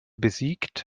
besiegt